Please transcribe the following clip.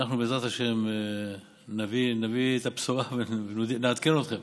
אנחנו בעזרת השם נביא את הבשורה ונעדכן אתכם.